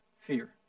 fear